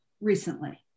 recently